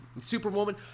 superwoman